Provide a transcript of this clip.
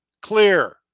clear